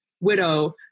widow